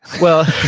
well,